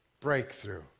Breakthrough